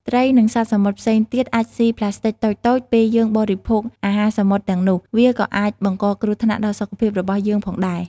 ត្រី និងសត្វសមុទ្រផ្សេងទៀតអាចស៊ីប្លាស្ទិកតូចៗ ពេលយើងបរិភោគអាហារសមុទ្រទាំងនោះ វាក៏អាចបង្កគ្រោះថ្នាក់ដល់សុខភាពរបស់យើងផងដែរ។